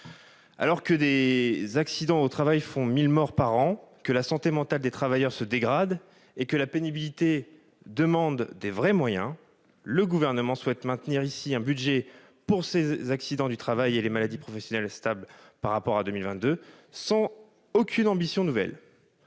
Alors que les accidents du travail font 1 000 morts par an, que la santé mentale des travailleurs se dégrade et que la lutte contre la pénibilité exige de vrais moyens, le Gouvernement souhaite maintenir un budget stable pour les accidents du travail et maladies professionnelles par rapport à 2022, sans aucune ambition nouvelle.